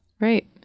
Right